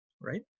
right